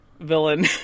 villain